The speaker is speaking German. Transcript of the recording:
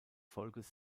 volkes